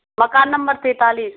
मकान नंबर तैतालीस